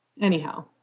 Anyhow